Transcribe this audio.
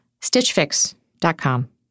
stitchfix.com